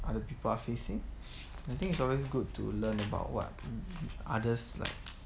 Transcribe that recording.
other people are facing the thing it's always good to learn about what others like